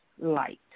light